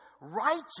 righteous